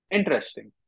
Interesting